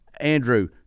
Andrew